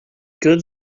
good